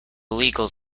legal